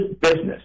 business